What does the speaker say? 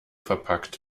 verpackt